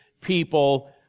people